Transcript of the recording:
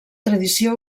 tradició